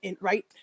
right